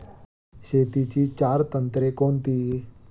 शेतीची चार तंत्रे कोणती?